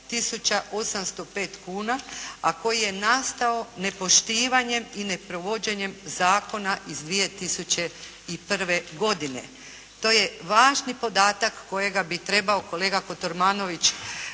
805 kuna a koji je nastao nepoštivanjem i neprovođenjem Zakona iz 2001. godine. To je važni podatak kojega bi trebao kolega Kotromanović